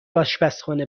آشپزخانه